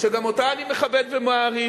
וגם אותה אני מכבד ומעריך.